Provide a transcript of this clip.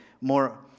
more